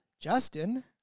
Justin